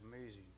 amazing